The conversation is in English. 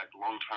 long-time